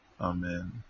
amen